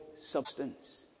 substance